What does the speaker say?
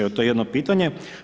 Evo to je jedno pitanje.